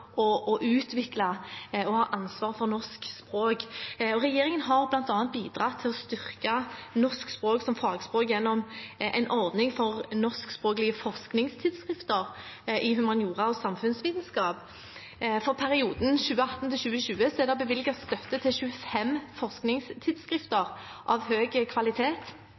for å utvikle det. Regjeringen har bl.a. bidratt til å styrke norsk språk som fagspråk gjennom en ordning for norskspråklige forskningstidsskrifter i humaniora og samfunnsvitenskap. For perioden 2018–2020 er det bevilget støtte til 25 forskningstidsskrifter av høy kvalitet.